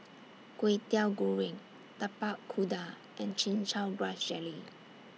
Kwetiau Goreng Tapak Kuda and Chin Chow Grass Jelly